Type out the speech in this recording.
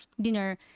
dinner